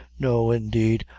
no, indeed,